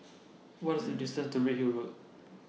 What IS The distance to Redhill Road